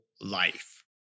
life